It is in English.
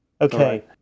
Okay